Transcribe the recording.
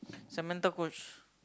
Samantha coach